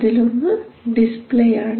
അതിലൊന്ന് ഡിസ്പ്ലേയാണ്